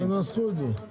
תנסחו את זה.